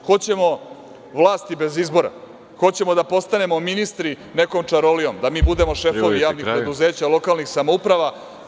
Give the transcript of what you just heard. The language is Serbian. Hoćemo vlast bez izbora, hoćemo da postanemo ministri nekom čarolijom, da budemo šefovi javnih preduzeća, lokalnih samouprava.